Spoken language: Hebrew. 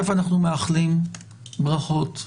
אנחנו שולחים ברכות.